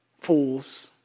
fools